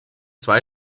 zwei